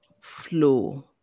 Flow